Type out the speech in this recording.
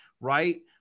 right